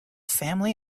family